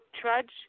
trudge